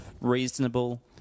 reasonable